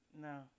No